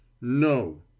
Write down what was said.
no